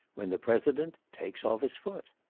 when the president takes off his foot.